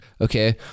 Okay